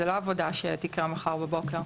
זו לא עבודה שתקרה מחר בבוקר,